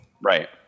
Right